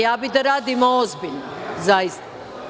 Ja bih da radimo ozbiljno, zaista.